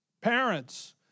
Parents